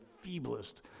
feeblest